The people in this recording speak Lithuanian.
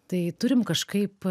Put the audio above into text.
tai turim kažkaip